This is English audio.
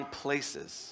places